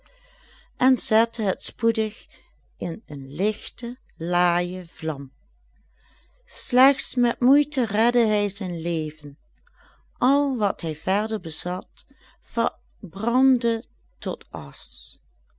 en zette het spoedig in lichte laaije vlam slechts met moeite redde hij zijn leven al wat hij verder bezat verbrandde tot asch